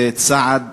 זה צעד